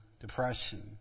depression